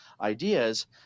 ideas